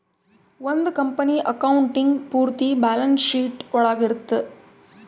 ಒಂದ್ company accounting ಪೂರ್ತಿ balance sheet ಒಳಗ ಇರುತ್ತೆ